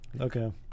Okay